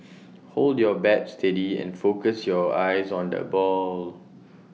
hold your bat steady and focus your eyes on the ball